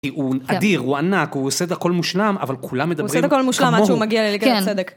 הוא אדיר, הוא ענק, הוא עושה את הכל מושלם, אבל כולם מדברים כמוהו. הוא עושה את הכל מושלם עד שהוא מגיע לליגת הצדק.